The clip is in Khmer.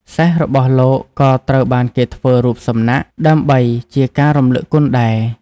សេះរបស់លោកក៏ត្រូវបានគេធ្វើរូបសំណាកដើម្បីជាការរំលឹកគុណដែរ។